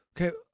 Okay